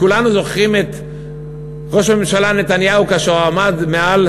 כולנו זוכרים את ראש הממשלה נתניהו כאשר הוא עמד מעל